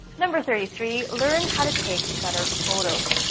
number thirty three learn how to take better photos.